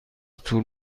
طول